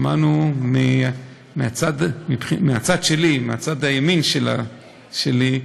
שמענו מהצד שלי, מצד ימין שלי,